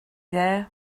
there